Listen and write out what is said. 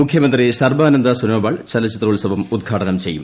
മുഖ്യമന്ത്രി സർബാനന്ദ സോനോവാൾ ചലച്ചിത്രോത്സവം ഉദ്ഘാടനം ചെയ്യും